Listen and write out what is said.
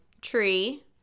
Tree